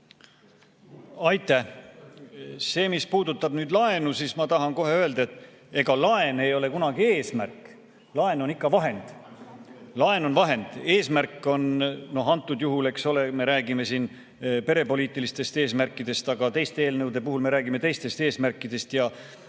Aitäh! See, mis puudutab laenu, siis ma tahan kohe öelda, et ega laen ei ole kunagi eesmärk, laen on ikka vahend. Laen on vahend. Antud juhul me räägime siin perepoliitilistest eesmärkidest, aga teiste eelnõude puhul me räägime teistest eesmärkidest.